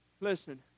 Listen